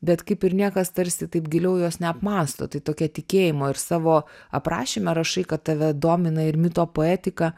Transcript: bet kaip ir niekas tarsi taip giliau jos neapmąsto tai tokia tikėjimo ir savo aprašyme rašai kad tave domina ir mito poetika